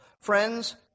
Friends